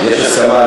יש הסכמה.